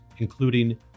including